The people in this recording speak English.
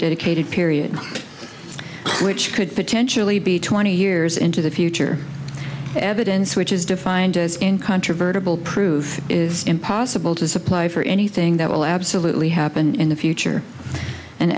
dedicated period which could potentially be twenty years into the future evidence which is defined as incontrovertibly prove is impossible to supply for anything that will absolutely happen in the future and